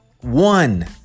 one